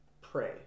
pray